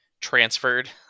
transferred